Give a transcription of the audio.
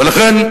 ולכן,